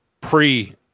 pre